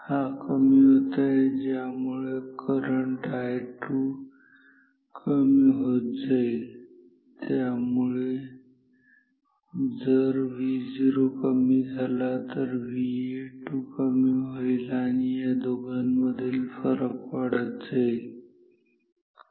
हा कमी होत आहे ज्यामुळे करंट I2 कमी होत जाईल ज्याच्यामुळे जर Vo कमी झाला तर VA2 कमी होईल आणि या दोघांमधील फरक वाढत जाईल